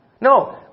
No